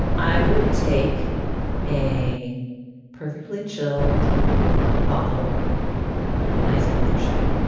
i would take a perfectly chilled bottle of a nice montreaux shape.